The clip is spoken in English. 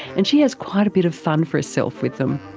and she has quite a bit of fun for herself with them.